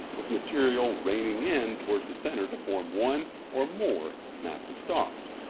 with material raining in towards the center to form one or more massive stars.